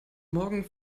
morgen